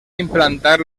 implantar